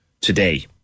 today